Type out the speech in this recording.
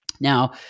Now